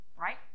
right